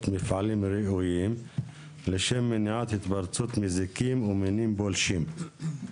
מפעלים ראויים לשם מניעת התפרצות מזיקים ומינים פולשים.